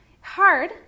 hard